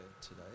today